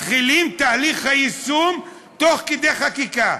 מתחילים את היישום תוך כדי חקיקה,